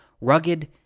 rugged